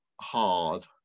hard